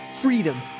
freedom